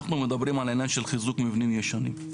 אנחנו מדברים על עניין של חיזוק מבנים ישנים.